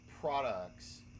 products